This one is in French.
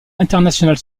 internationale